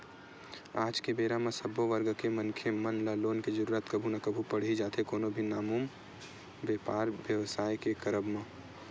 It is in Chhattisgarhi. आज के बेरा म सब्बो वर्ग के मनखे मन ल लोन के जरुरत कभू ना कभू पड़ ही जाथे कोनो भी नानमुन बेपार बेवसाय के करब म